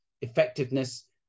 effectiveness